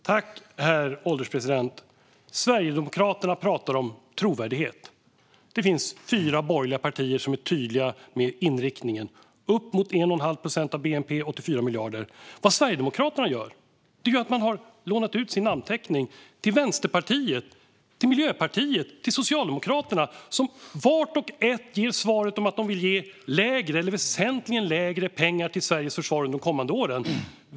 Herr ålderspresident! Sverigedemokraterna talar om trovärdighet. Det finns fyra borgerliga partier som är tydliga med inriktningen: upp till 1,5 procent av bnp eller 84 miljarder. Vad Sverigedemokraterna gör är att låna ut sin namnteckning till Vänsterpartiet, till Miljöpartiet och till Socialdemokraterna som vart och ett ger svaret att de vill ge mindre eller väsentligt mindre pengar till Sveriges försvar under de kommande åren.